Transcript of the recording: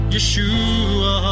Yeshua